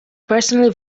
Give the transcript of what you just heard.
personally